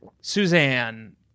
Suzanne